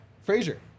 Frazier